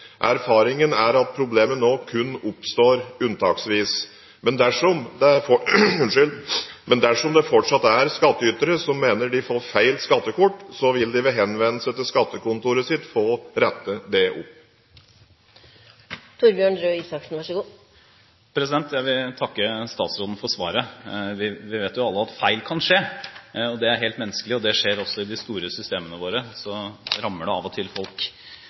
Erfaringen er at problemet nå kun oppstår unntaksvis. Men dersom det fortsatt er skattytere som mener de får feil skattekort, vil de ved henvendelse til sitt skattekontor få rettet dette opp. Jeg vil takke statsråden for svaret. Vi vet alle at feil kan skje – det er helt menneskelig – og det skjer også i de store systemene våre. Så rammer det av og til folk